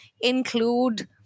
include